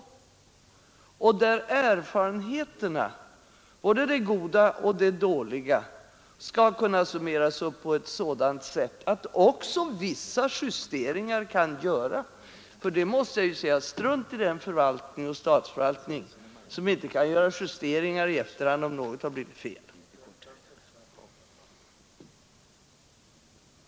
I den skall erfarenheterna — både de goda och de dåliga — kunna summeras på ett sådant sätt att vissa justeringar också kan göras. Jag måste nämligen säga: Strunt i den förvaltning som inte kan göra justeringar i efterhand om något har blivit fel!